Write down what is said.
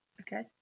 Okay